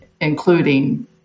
including